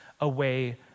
away